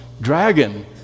dragon